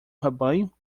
rebanho